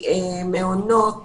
מעון נעול נועד